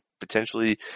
potentially